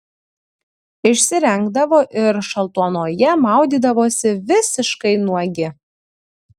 išsirengdavo ir šaltuonoje maudydavosi visiškai nuogi